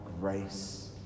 grace